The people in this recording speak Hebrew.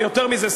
ויותר מזה,